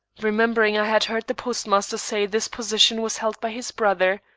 remembering i had heard the postmaster say this position was held by his brother.